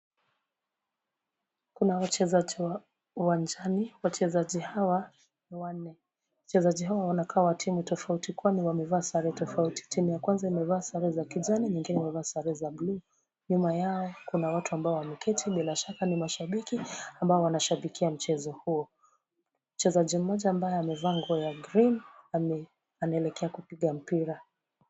Kuna wachezaji uwanjani, wachezaji hawa ni wanne. Wachezaji hawa wanakaa wa timu tofauti kwani wamevaa sare tofauti. Timu ya kwanza wamevaa sare za kijani ,nyingine imevaa sare za bluu, nyuma yao kuna watu ambao wameketi bila shaka ni mashabiki ambao wanashabikia mchezo huo. Mchezaji mmoja ambaye amevaa nguo ya green anaelekea kupiga mpira.